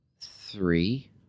Three